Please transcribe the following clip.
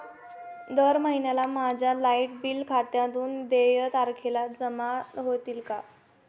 दर महिन्याला माझ्या लाइट बिल खात्यातून देय तारखेला जमा होतील का?